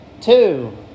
Two